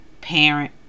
parent